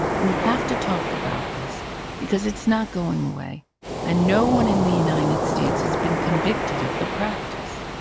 we have to talk about this because it's not going away and no one in the united states has been convicted of the practice.